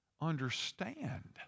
understand